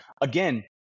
again